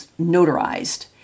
notarized